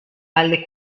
alle